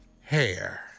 Hair